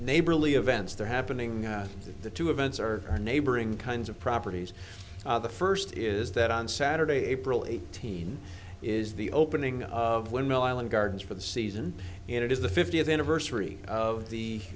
neighborly events they're happening at the two events are our neighboring kinds of properties the first is that on saturday april eighteenth is the opening of windmill island gardens for the season and it is the fiftieth anniversary of the